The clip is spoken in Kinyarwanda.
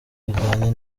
bijyanye